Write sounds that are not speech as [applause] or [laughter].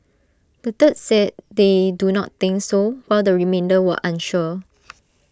A third said they do not think so but the remainder were unsure [noise]